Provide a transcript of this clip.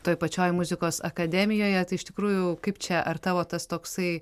toj pačioj muzikos akademijoje tai iš tikrųjų kaip čia ar tavo tas toksai